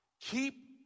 Keep